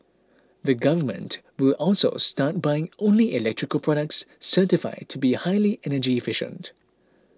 the Government will also start buying only electrical products certified to be highly energy efficient